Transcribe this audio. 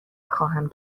خواهم